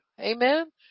amen